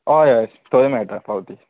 हय हय थंय मेळटात पावती